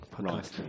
Right